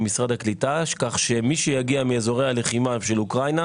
כך שמי שיגיע מאזורי הלחימה של אוקראינה